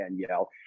Danielle